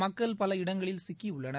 மக்கள் பல இடங்களில் சிக்கியுள்ளனர்